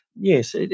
Yes